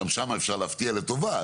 גם שם אפשר להפתיע לטובה,